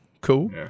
cool